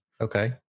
Okay